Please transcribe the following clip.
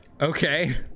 Okay